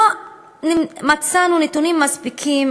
לא מצאנו נתונים מספיקים,